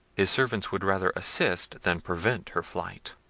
his servants would rather assist than prevent her flight.